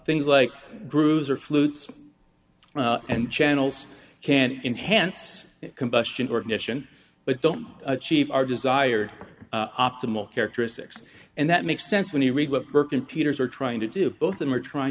things like bruiser flutes and channels can enhance combustion organisation but don't achieve our desired optimal characteristics and that makes sense when you read what burke and teachers are trying to do both and we're trying